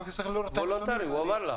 וולונטרי, הוא אמר.